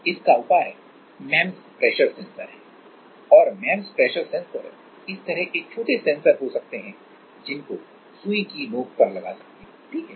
इसका उपाय MEMS pressure sensor है और एमईएमएस प्रेशर सेंसर इस तरह के छोटे सेंसर हो सकते हैं जिनको सुई की नोक पर लगा सकते है ठीक है